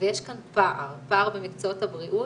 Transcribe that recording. ויש כאן פער, פער במקצועות הבריאות,